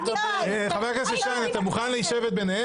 --- חבר הכנסת שיין, אתה מוכן לשבת ביניהן?